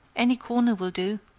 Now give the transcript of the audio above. any corner will do,